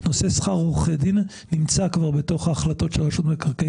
נושא שכר עורכי דין נמצא בתוך החלטות רשות מקרקעי